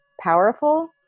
powerful